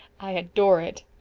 i adore it.